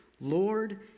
Lord